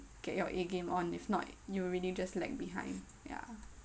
get your A game on if not you will really just lag behind ya